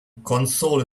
console